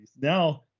Now